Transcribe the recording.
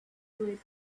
with